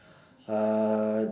uh